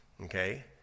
okay